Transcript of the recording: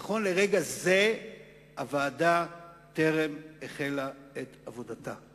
נכון לרגע זה הוועדה טרם החלה את עבודתה.